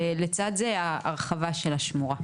ולצד זה ההרחבה של השמורה.